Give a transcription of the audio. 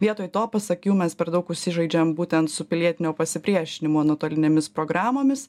vietoj to pasak jų mes per daug užsižaidžiam būtent su pilietinio pasipriešinimo nuotolinėmis programomis